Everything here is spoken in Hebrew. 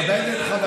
שהוא יתנגד לזה,